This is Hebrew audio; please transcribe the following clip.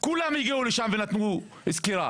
כולם הגיעו לשם ונתנו סקירה